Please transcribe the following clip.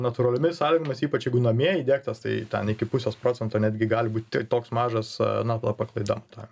natūraliomis sąlygomis ypač jeigu namie įdiegtas tai ten iki pusės procento netgi gali būti toks mažas nuo paklaida ta